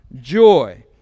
joy